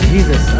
Jesus